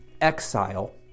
exile